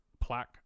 plaque